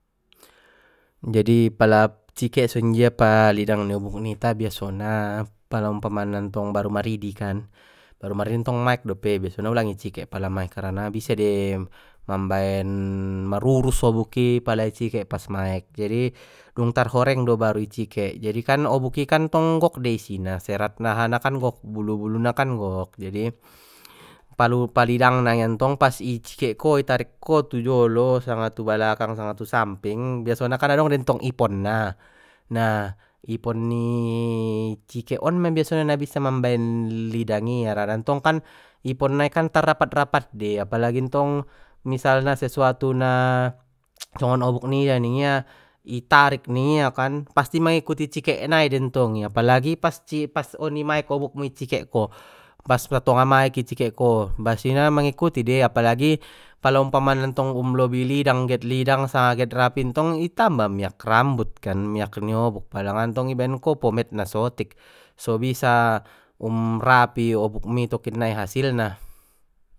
Jadi pala cikek songonjia palidang obuk nita biasona pala umpamana ntong baru maridi kan, baru maridi ntong maek dope biasona ulang i cikek pala maek harana bisa dei mambaen marurus obuk i pala i cikek pas maek, jadi dung tar horeng do baru i cikek jadikan obuk i kan tong gok dei isinea serat naha na kan gok bulu bulu na kan gok jadi palu palidang na ia ntong pas i cikek ko i tarik ko tu jolo sanga tu balakang sanga tu samping biasona kan adong dei ntong ipon na nah, ipon ni cikek on mei biasona na bisa mambaen lidang i arana ntong ipon nai kan tar rapat rapat dei apalagi ntong misalna sesuatu na songon obuk nia ningia i tarik ningia kan pasti mangikuti cikek nai den tong i apalagi pas ci pas oni maek obuk mu icikek ko pas satonga maek i cikek ko pastina mangikuti dei apalagi pala umpamana tong um lobi lidang get lidang sanga get rapi ntong i tamba miak rambut kan miak ni obuk palanga ntong i baen ko pomade na sotik so bisa um rapi obuk mi tokinnai hasilna.